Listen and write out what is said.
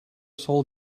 sold